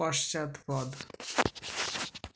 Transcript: পশ্চাৎপদ